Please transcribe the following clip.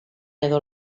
edo